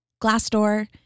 Glassdoor